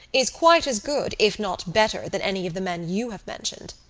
is quite as good, if not better than any of the men you have mentioned.